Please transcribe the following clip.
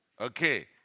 Okay